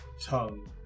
tongue